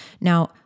Now